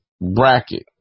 bracket